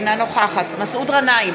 אינה נוכחת מסעוד גנאים,